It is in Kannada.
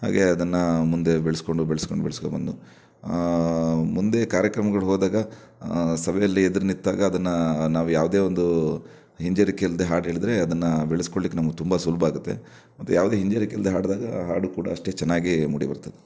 ಹಾಗೇ ಅದನ್ನು ಮುಂದೆ ಬೆಳೆಸ್ಕೊಂಡು ಬೆಳ್ಸ್ಕೊಂಡ್ ಬೆಳ್ಸ್ಕೊಂಡ್ ಬಂದು ಮುಂದೆ ಕಾರ್ಯಕ್ರಮಗಳು ಹೋದಾಗ ಸಭೆಯಲ್ಲಿ ಎದುರು ನಿಂತಾಗ ಅದನ್ನು ನಾವು ಯಾವುದೇ ಒಂದು ಹಿಂಜರಿಕೆ ಇಲ್ಲದೆ ಹಾಡು ಹೇಳಿದ್ರೆ ಅದನ್ನು ಬೆಳೆಸ್ಕೊಳ್ಳಿಕ್ಕೆ ನಮ್ಗೆ ತುಂಬ ಸುಲಭ ಆಗುತ್ತೆ ಮತ್ತು ಯಾವುದೇ ಹಿಂಜರಿಕೆ ಇಲ್ಲದೆ ಹಾಡಿದಾಗ ಹಾಡು ಕೂಡ ಅಷ್ಟೇ ಚೆನ್ನಾಗಿ ಮೂಡಿ ಬರ್ತದೆ